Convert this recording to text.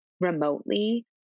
remotely